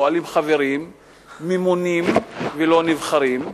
פועלים חברים ממונים ולא נבחרים,